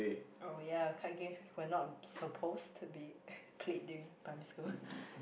oh ya card games were not supposed to be played during primary school